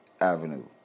Avenue